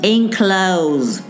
Enclose